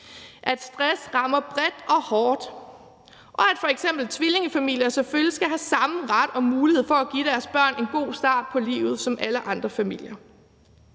at stress rammer bredt og hårdt; og at f.eks. tvillingefamilier selvfølgelig skal have samme ret til og mulighed for at give deres børn en god start på livet som alle andre familier.